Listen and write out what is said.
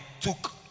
took